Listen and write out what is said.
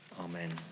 Amen